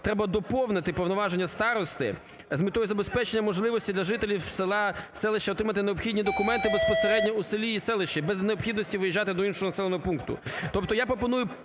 треба доповнити повноваження старости з метою забезпечення можливості для жителів села, селища отримати необхідні документи безпосередньо у селі і селищі, без необхідності виїжджати до іншого населеного пункту.